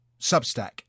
Substack